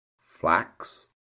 flax